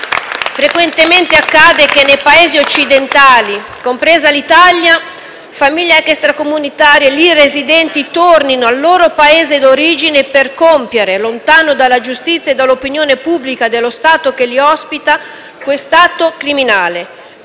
frequentemente accade che nei Paesi occidentali, compresa l'Italia, famiglie extracomunitarie lì residenti tornino al loro Paese d'origine per compiere, lontano dalla giustizia e dall'opinione pubblica dello Stato che li ospita, questo atto criminale.